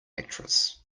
actress